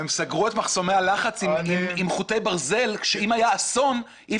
והם סגרו את מחסומי הלחץ עם חוטי ברזל שאם היה אסון אי